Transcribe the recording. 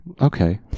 Okay